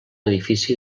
edifici